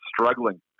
struggling